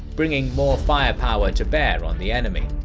bringing more firepower to bear on the enemy.